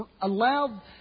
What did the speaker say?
allowed